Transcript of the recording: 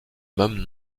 même